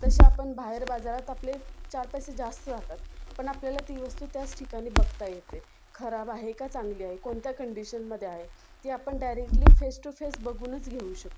तशी आपण बाहेर बाजारात आपले चार पैसे जास्त जातात पण आपल्याला ती वस्तू त्याच ठिकाणी बघता येते खराब आहे का चांगली आहे कोणत्या कंडिशनमध्ये आहे ती आपण डायरेक्ट्ली फेस टू फेस बघूनच घेऊ शकतो